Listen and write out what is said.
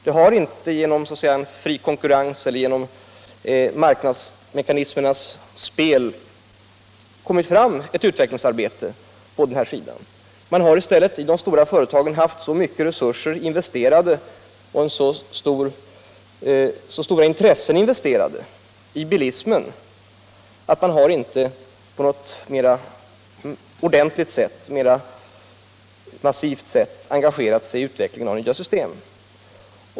Det har inte genom fri konkurrens eller genom marknadsmekanismernas spel kommit fram ett ut vecklingsarbete på den här sidan. Man har i stället i de stora företagen haft så mycket resurser investerade i och så stora intressen inriktade på bilismen att man inte ordentligt — på ett massivt sätt — engagerat sig i utvecklingen av nya system.